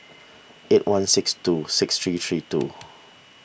eight one six two six three three two